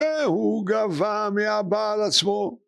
‫הוא גבה מהבעל עצמו.